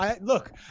Look